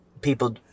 people